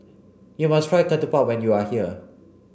you must try Ketupat when you are here